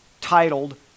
titled